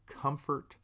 comfort